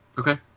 Okay